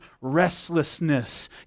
restlessness